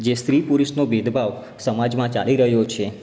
જે સ્ત્રી પુરુષનો ભેદભાવ સમાજમાં ચાલી રહ્યો છે